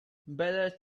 better